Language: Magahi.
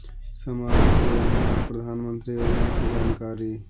समाजिक योजना और प्रधानमंत्री योजना की जानकारी?